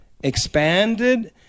expanded